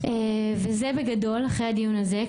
זה בגדול אחרי הדיון הזה.